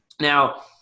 Now